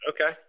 okay